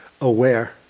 aware